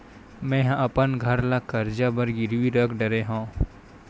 मेहा अपन घर ला कर्जा बर गिरवी रख डरे हव